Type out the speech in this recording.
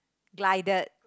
glided